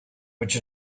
which